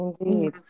Indeed